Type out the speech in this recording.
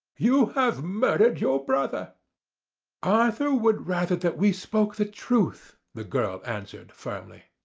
you have murdered your brother arthur would rather that we spoke the truth the girl answered firmly.